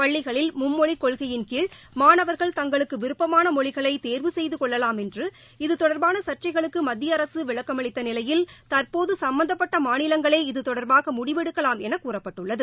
பள்ளிகளில் மும்மொழிக்கொள்கையின் கீழ் மாணவர்கள் தங்களுக்குவிருப்பமானமொழிகளைதேர்வு செய்துகொள்ளலாம் என்றும் இது தொடர்பானசர்ச்சைகளுக்குமத்தியஅரசுவிளக்கம் அளித்தநிலையில் தற்போதுசம்பந்தப்பட்டமாநிலங்களே இது தொடர்பாகமுடிவெடுக்கலாம் எனகூறப்பட்டுள்ளது